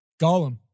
Gollum